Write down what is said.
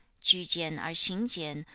ju jian er xing jian,